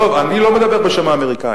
רגע, עזוב, אני לא מדבר בשם האמריקנים.